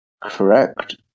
Correct